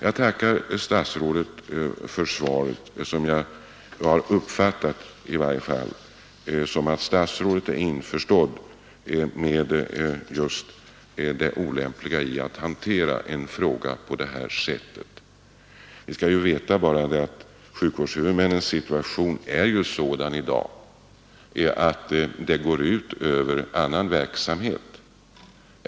Jag tackar statsrådet för svaret som jag i varje fall uppfattar så att statsrådet är införstådd med det olämpliga i att hantera en fråga på detta sätt. Sjukvårdshuvudmännens svårigheter i dag går ut över annan verksamhet.